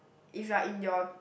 if you are in your